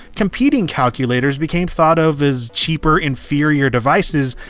competing calculators became thought of as cheaper, inferior devices,